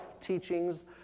teachings